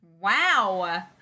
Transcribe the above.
Wow